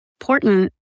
important